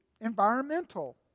environmental